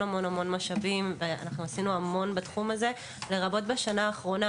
משאבים ועשינו המון בתחום הזה לרבות בשנה האחרונה,